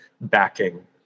backing